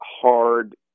hard